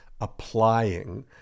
applying